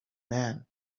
man